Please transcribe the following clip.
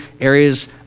areas